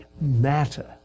matter